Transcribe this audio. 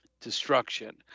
destruction